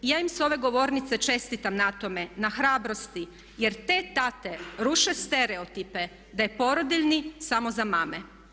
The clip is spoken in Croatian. I ja im s ove govornice čestitam na tome, na hrabrosti jer te tate ruše stereotipe da je porodiljni samo za mame.